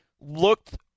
looked